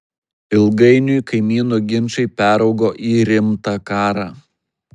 ilgainiui kaimynų ginčai peraugo į rimtą karą